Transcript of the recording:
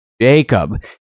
Jacob